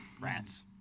Rats